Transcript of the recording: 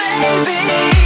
baby